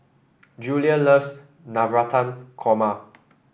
Julia loves Navratan Korma